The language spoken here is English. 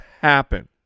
happen